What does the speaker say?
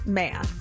man